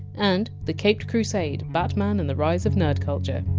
and the caped crusade batman and the rise of nerd culture